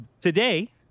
Today